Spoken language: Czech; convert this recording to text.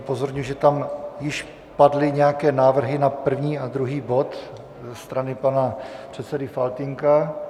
Jenom upozorňuji, že tam již padly nějaké návrhy na první a druhý bod ze strany pana předsedy Faltýnka.